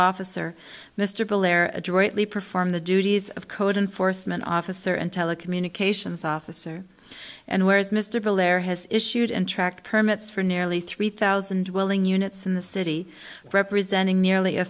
officer mr belair adroitly perform the duties of code enforcement officer and telecommunications officer and whereas mr belair has issued and track permits for nearly three thousand willing units in the city representing nearly a